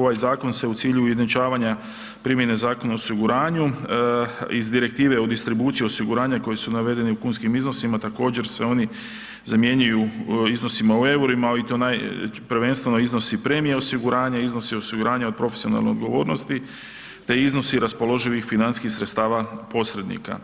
ovaj zakon se u cilju ujednačavanja primjene Zakona o osiguranju iz direktive u distribuciju osiguranja koji su navedeni u kunskim iznosima, također se oni zamjenjuju iznosima u eurima i to naj, prvenstveno iznosi premije osiguranja, iznosi osiguranja od profesionalne odgovornosti te iznosi raspoloživih financijskih sredstava posrednika.